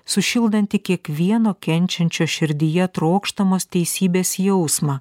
sušildanti kiekvieno kenčiančio širdyje trokštamos teisybės jausmą